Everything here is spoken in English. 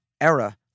era